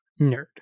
nerd